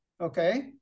okay